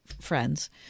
friends